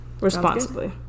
Responsibly